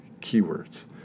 keywords